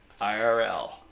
IRL